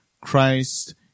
Christ